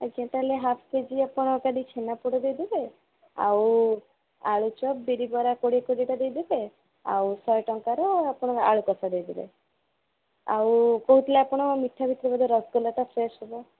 ଆଜ୍ଞା ତା'ହେଲେ half KG ଆପଣ କାଲି ଛେନାପୋଡ଼ ଦେଇଦେବେ ଆଉ ଆଳୁ ଚପ୍ ବିରି ବରା କୋଡ଼ିଏ କୋଡ଼ିଏଟା ଦେଇଦେବେ ଆଉ ଶହେ ଟଙ୍କାରେ ଆପଣ ଆଳୁକଷା ଦେଇଦେବେ ଆଉ କହୁଥିଲେ ଆପଣ ମିଠା ଭିତରେ ବୋଧେ ରସଗୋଲାଟା ଫ୍ରେଶ୍ ହେବ